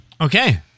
Okay